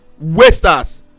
wasters